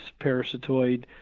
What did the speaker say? parasitoid